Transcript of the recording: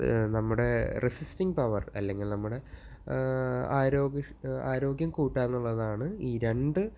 നമ്മുടെ resisting power അല്ലെങ്കിൽ നമ്മുടെ ആരോഗ്യം ആരോഗ്യം കൂട്ടാനുള്ളതാണ് ഈ രണ്ട്